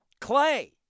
Clay